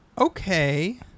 Okay